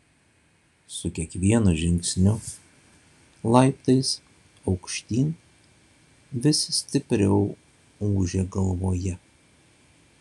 su kiekvienu žingsniu laiptais aukštyn vis stipriau ūžė galvoje